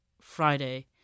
Friday